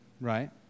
right